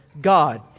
God